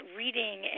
reading